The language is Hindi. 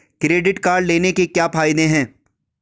क्रेडिट कार्ड लेने के क्या फायदे हैं?